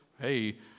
hey